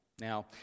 Now